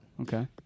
Okay